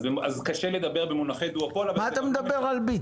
אז קשה לדבר במונחי דואופול -- מה אתה מדבר על "ביט"?